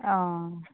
অঁ